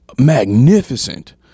magnificent